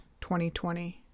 2020